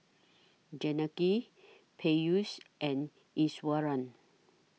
Janaki Peyush and Iswaran